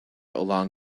along